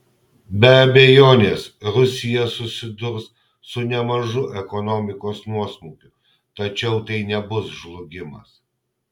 be abejonės rusija susidurs su nemažu ekonomikos nuosmukiu tačiau tai nebus žlugimas